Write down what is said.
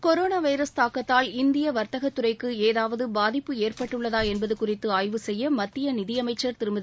corona virus தாக்கத்தால் இந்திய வர்த்தகத்துறைக்கு ஏதாவது பாதிப்பு ஏற்பட்டுள்ளதா என்பது குறித்து ஆய்வு செய்ய மத்திய நிதியமமச்சர் திருமதி